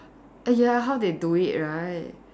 ya how they do it right